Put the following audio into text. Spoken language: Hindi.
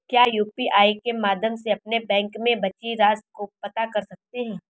क्या यू.पी.आई के माध्यम से अपने बैंक में बची राशि को पता कर सकते हैं?